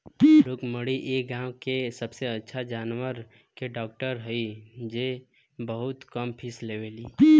रुक्मिणी इ गाँव के सबसे अच्छा जानवर के डॉक्टर हई जे बहुत कम फीस लेवेली